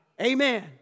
Amen